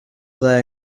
their